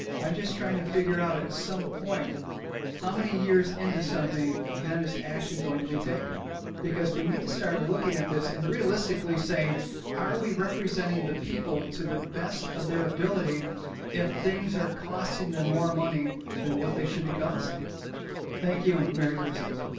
i'm just trying to figure out at some point how many years into something then is action going to be taken because we need to start looking at this and realistically saying are we? representing the people to the best of their ability if things are costing them more money than what they should be costing thank you and merry christmas